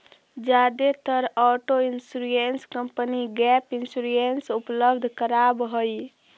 जादेतर auto insurance company gap insurance उपलब्ध करावऽ हई